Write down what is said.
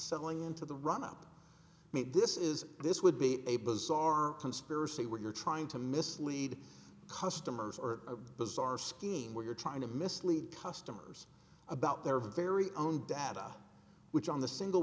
selling into the run up made this is this would be a bizarre conspiracy where you're trying to mislead customers or a bizarre scheme where you're trying to mislead customers about their very own data which on the single